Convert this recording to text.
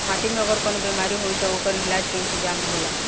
माटी में अगर कवनो बेमारी होई त ओकर इलाज के इंतजाम होला